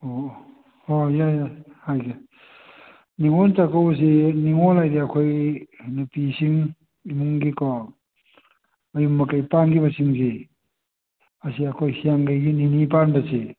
ꯑꯣꯑꯣ ꯍꯣꯏ ꯌꯥꯏ ꯌꯥꯏ ꯍꯥꯏꯒꯦ ꯅꯤꯉꯣꯜ ꯆꯥꯛꯀꯧꯕꯁꯤ ꯅꯤꯉꯣꯜ ꯍꯥꯏꯗꯤ ꯑꯩꯈꯣꯏꯒꯤ ꯅꯨꯄꯤꯁꯤꯡ ꯏꯃꯨꯡꯒꯤꯀꯣ ꯃꯌꯨꯝ ꯃꯀꯩ ꯄꯥꯟꯈꯤꯕꯁꯤꯡꯁꯤ ꯑꯁꯤ ꯑꯩꯈꯣꯏ ꯍꯤꯌꯥꯡꯒꯩꯒꯤ ꯅꯤꯅꯤ ꯄꯥꯟꯕꯁꯤ